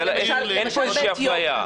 אין פה איזה שהיא אפליה.